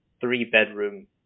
three-bedroom